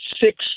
six